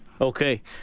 Okay